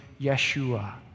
Yeshua